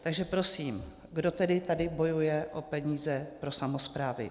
Takže prosím, kdo tedy tady bojuje o peníze pro samosprávy?